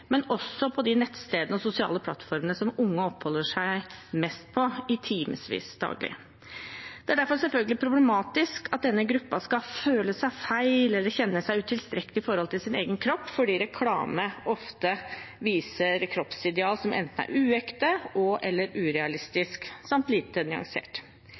men også på de nettstedene og sosiale plattformene som unge oppholder seg mest på, i timevis daglig. Det er derfor problematisk at denne gruppen skal føle seg feil eller kjenne seg utilstrekkelig i forholdet til sin egen kropp, fordi reklame ofte viser kroppsideal som enten er uekte og/eller urealistisk, samt lite nyansert.